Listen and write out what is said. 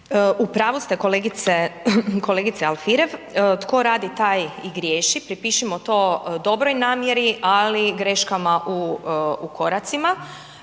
U pravu ste kolegice Alfirev, tko radi taj i griješi, pripišimo to dobroj namjeri ali greškama u koracima.